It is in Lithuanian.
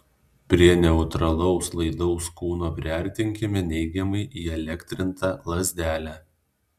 prie neutralaus laidaus kūno priartinkime neigiamai įelektrintą lazdelę